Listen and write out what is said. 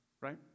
right